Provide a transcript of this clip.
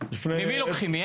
ממי לוקחים?